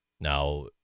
Now